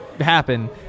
happen